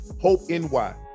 HOPE-NY